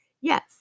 Yes